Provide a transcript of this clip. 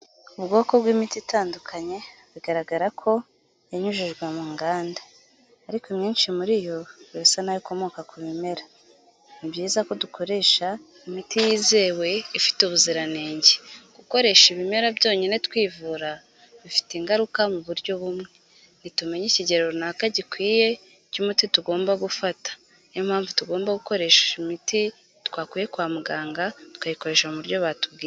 Ubwoko bw'imiti itandukanye bigaragara ko yanyujijwe mu nganda. Ariko imyinshi muri yo birasa naho ikomoka ku bimera. Ni byiza ko dukoresha imiti yizewe ifite ubuziranenge. Gukoresha ibimera byonyine twivura bifite ingaruka mu buryo bumwe. Ntitumenya ikigero runaka gikwiye cy'umuti tugomba gufata. Ni yo mpamvu tugomba gukoresha imiti twakuye kwa muganga tukayikoresha mu buryo batubwiye.